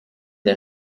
der